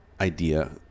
idea